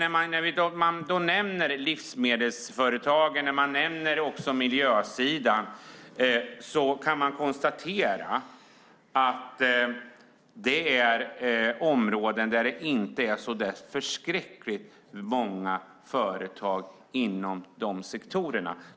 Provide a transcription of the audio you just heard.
Även livsmedelsföretagen och miljösidan nämns. Då kan jag konstatera att det är områden där det inte är så förskräckligt många företag inom dessa sektorer.